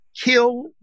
kill